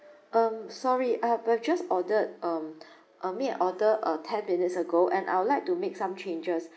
um sorry I but just ordered um I made an order uh ten minutes ago and I would like to make some changes